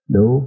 no